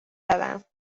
دارم